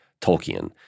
Tolkien